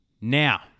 Now